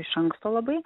iš anksto labai